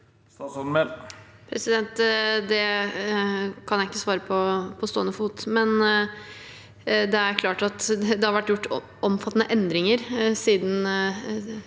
Mehl Det kan jeg ikke svare på på stående fot, men det er klart at det har vært gjort omfattende endringer siden